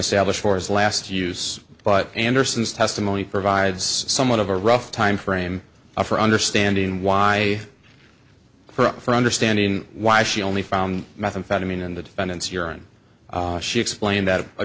established for his last use but anderson's testimony provides somewhat of a rough time frame for understanding why for understanding why she only found methamphetamine in the defendant's urine she explained that a